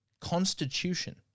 constitution